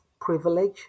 privilege